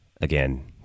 again